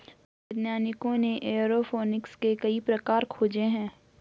वैज्ञानिकों ने एयरोफोनिक्स के कई प्रकार खोजे हैं